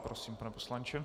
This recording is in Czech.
Prosím, pane poslanče.